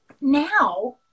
now